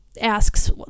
asks